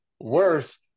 worse